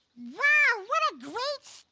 wow, what a great